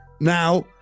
Now